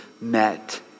met